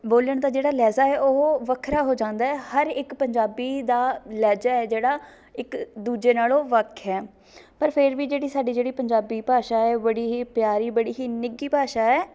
ਬੋਲਣ ਦਾ ਜਿਹੜੀ ਲਹਿਜਾ ਏ ਉਹ ਵੱਖਰਾ ਹੋ ਜਾਂਦਾ ਹੈ ਹਰ ਇੱਕ ਪੰਜਾਬੀ ਦਾ ਲਹਿਜਾ ਏ ਜਿਹੜਾ ਇੱਕ ਦੂਜੇ ਨਾਲ਼ੋਂ ਵੱਖ ਹੈ ਪਰ ਫ਼ਿਰ ਵੀ ਜਿਹੜੀ ਸਾਡੀ ਜਿਹੜੀ ਪੰਜਾਬੀ ਭਾਸ਼ਾ ਹੈ ਬੜੀ ਹੀ ਪਿਆਰੀ ਬੜੀ ਹੀ ਨਿੱਘੀ ਭਾਸ਼ਾ ਹੈ